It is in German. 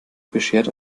beschert